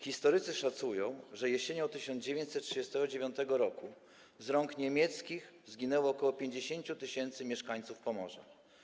Historycy szacują, że jesienią 1939 r. z rąk niemieckich zginęło ok. 50 tys. mieszkańców Pomorza.